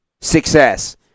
success